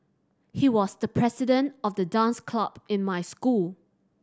he was the president of the dance club in my school